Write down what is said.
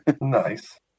Nice